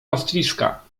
pastwiska